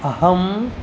अहम्